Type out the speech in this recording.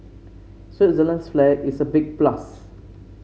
Switzerland's flag is a big plus